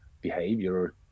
behavior